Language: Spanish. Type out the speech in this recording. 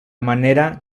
manera